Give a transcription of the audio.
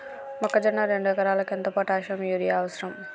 మొక్కజొన్న రెండు ఎకరాలకు ఎంత పొటాషియం యూరియా అవసరం?